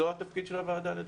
זה התפקיד של הוועדה לדעתי.